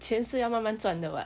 钱是要慢慢赚的 [what]